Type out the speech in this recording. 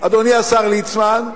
אדוני השר ליצמן,